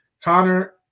Connor